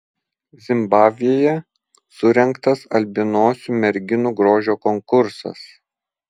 zimbabvėje surengtas albinosių merginų grožio konkursas